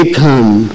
come